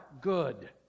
good